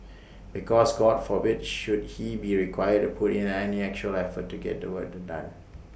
because God forbid should he be required to put in any actual effort to get the work to done